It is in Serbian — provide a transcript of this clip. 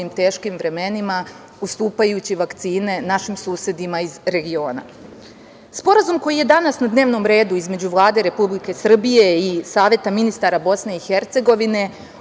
teškim vremenima, ustupajući vakcine, našim susedima iz regiona. Sporazum koji je danas na dnevnom redu, između Vlade Republike Srbije i Saveta ministara BiH, o održavanju